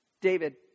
David